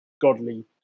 godly